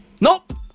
nope